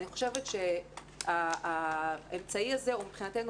אני חושבת שהאמצעי הזה הוא מבחינתנו